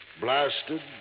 Blasted